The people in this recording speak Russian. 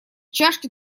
чашки